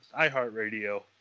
iHeartRadio